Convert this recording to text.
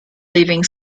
leaving